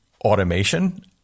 automation